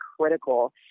critical